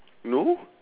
no